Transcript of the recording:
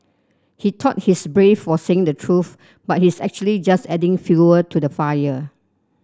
he thought he's brave for saying the truth but he's actually just adding fuel to the fire